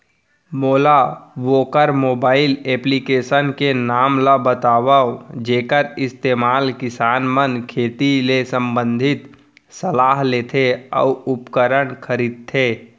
मोला वोकर mobile application के नाम ल बतावव जेखर इस्तेमाल किसान मन खेती ले संबंधित सलाह लेथे अऊ उपकरण खरीदथे?